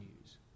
news